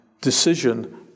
decision